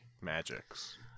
magics